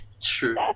True